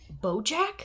Bojack